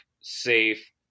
safe